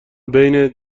بین